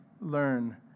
learn